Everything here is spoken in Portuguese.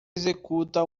executa